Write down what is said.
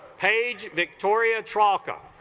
page victoria troca